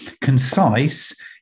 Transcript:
concise